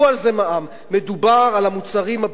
מדובר על המוצרים הבסיסיים ביותר,